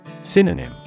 Synonym